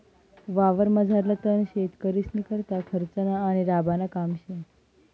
वावरमझारलं तण शेतकरीस्नीकरता खर्चनं आणि राबानं काम शे